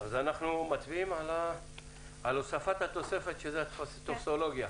מצביעים על הוספת התוספת, שזו הטופסולוגיה.